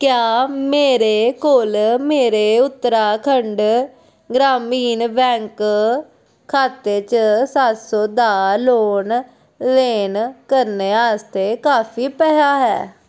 क्या मेरे कोल मेरे उत्तराखंड ग्रामीण बैंक खाते च सत्त सौ दा लोन लेन करने आस्तै काफी पैहा ऐ